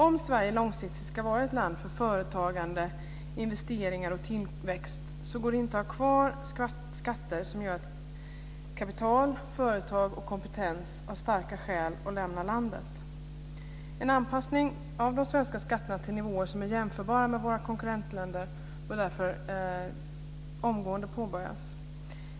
Om Sverige långsiktigt ska vara ett land för företagande, investeringar och tillväxt, går det inte att ha kvar skatter som gör att kapital, företag och kompetens har starka skäl att lämna landet. En anpassning av de svenska skatterna till nivåer som är jämförbara med våra konkurrentländer bör därför omgående påbörjas.